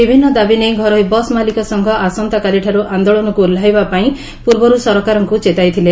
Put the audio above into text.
ବିଭିନ୍ନ ଦାବି ନେଇ ଘରୋଇ ବସ୍ ମାଲିକସଂଘ ଆସନ୍ତାକାଲିଠାର୍ ଆନ୍ଦୋଳନକୁ ଓହ୍ଲାଇବା ପାଇଁ ପୂର୍ବରୁ ସରକାରଙ୍କ ଚେତାଇଥିଲେ